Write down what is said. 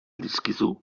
dizkizu